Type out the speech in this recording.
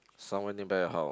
somewhere nearby your house